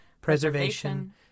preservation